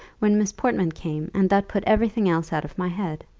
when miss portman came and that put every thing else out of my head.